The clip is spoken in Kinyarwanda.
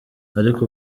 ariko